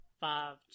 five